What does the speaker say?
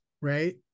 Right